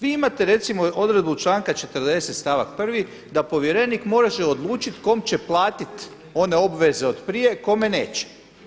Vi imate recimo odredbu članka 40. stavak 1. da povjerenik može odlučiti kom će platiti one obveze od prije kome neće.